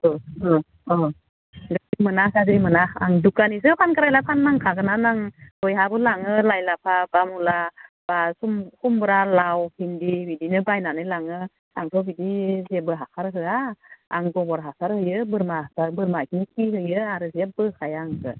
गाज्रि मोना गाज्रि मोना आं दुकानिसो फानग्रायालाय फाननांखागोनानो आं बयहाबो लाङो लाइ लाफा बा मुला बा खुमब्रा लाउ भिन्दि बिदिनो बायनानै लाङो आंथ' बिदि जेबो हासार होआ आं गबर हासार होसो बोरमा हासार होयो बोरमानि खि होयो आरो जेबो होखाया आं इखो